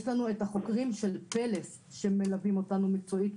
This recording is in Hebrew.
יש לנו את החוקרים של יחידת פלס שמלווים אותנו מקצועית,